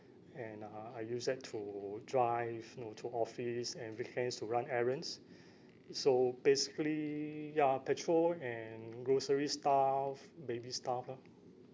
and uh I use that to drive you know to office and weekends to run errands so basically ya petrol and grocery stuff baby stuff lah